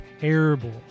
terrible